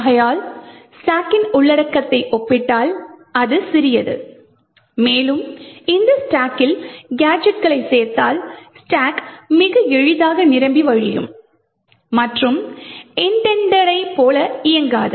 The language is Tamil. ஆகையால் ஸ்டாக்கின் உள்ளடக்கத்தை ஒப்பிட்டால் அது சிறியது மேலும் இந்த ஸ்டாக்கில் கேஜெட்களைச் சேர்த்தால் ஸ்டாக் மிக எளிதாக நிரம்பி வழியும் மற்றும் இன்டென்டெடை போல இயங்காது